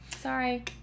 sorry